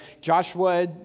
Joshua